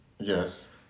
Yes